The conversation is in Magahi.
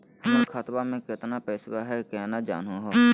हमर खतवा मे केतना पैसवा हई, केना जानहु हो?